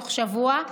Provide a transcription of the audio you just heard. תוך שבוע,